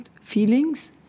feelings